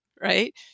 right